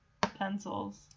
pencils